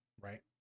right